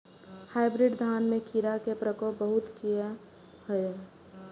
Hybrid धान में कीरा के प्रकोप बहुत किया होया?